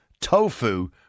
tofu